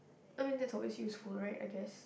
I mean that's always useful right I guess